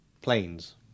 Planes